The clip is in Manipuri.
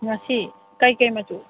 ꯉꯁꯤ ꯀꯔꯤ ꯀꯔꯤ ꯃꯆꯨ